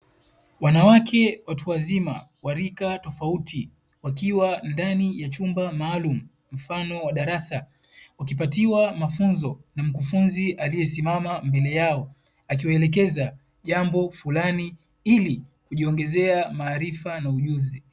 Wanawake watu wazima wa rika tofauti, wakiwa ndani ya chumba maalumu mfano wa darasa. Wakipatiwa mafunzo na mkufunzi aliyesimama mbele yao, akiwaelekeza jambo fulani ili kujiongezea maarifa na ujuzi.